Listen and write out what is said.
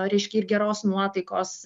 reiškia ir geros nuotaikos